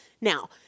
Now